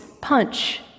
punch